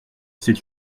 c’est